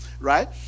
right